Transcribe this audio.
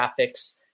graphics